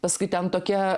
paskui ten tokia